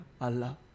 Allah